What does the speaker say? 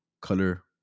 color